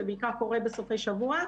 זה בעיקר קורה בסופי שבוע,